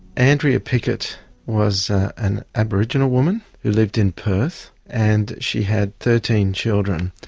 andrea pickett was an aboriginal woman who lived in perth, and she had thirteen children.